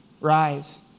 Rise